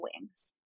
wings